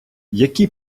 які